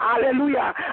hallelujah